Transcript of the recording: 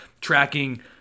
tracking